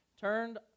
turned